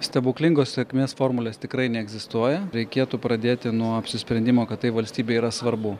stebuklingos sėkmės formulės tikrai neegzistuoja reikėtų pradėti nuo apsisprendimo kad tai valstybei yra svarbu